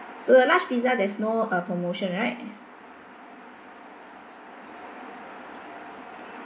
so the large pizza there's no uh promotion right